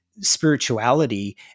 Spirituality